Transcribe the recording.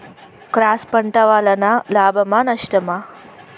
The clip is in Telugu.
క్రాస్ పంట వలన లాభమా నష్టమా?